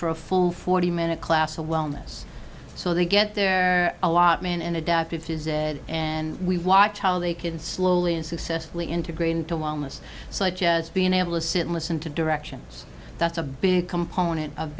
for a full forty minute class a wellness so they get their allotment and adaptive physic and we watch how they could slowly and successfully integrate into wellness such as being able to sit and listen to directions that's a big component of